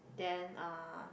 then uh